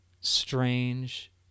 strange